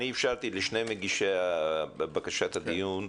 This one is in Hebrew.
אני אפשרתי לשני מגישי בקשת הדיון להאריך,